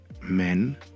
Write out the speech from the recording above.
men